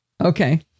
okay